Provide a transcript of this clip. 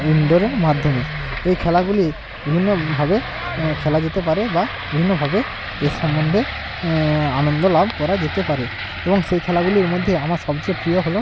ইনডোরের মাধ্যমে এই খেলাগুলি বিভিন্নভাবে খেলা যেতে পারে বা বিভিন্নভাবে এর সম্বন্দে আনন্দ লাভ করা যেতে পারে এবং সেই খেলাগুলির মধ্যে আমার সবচেয়ে প্রিয় হলো